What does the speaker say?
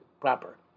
proper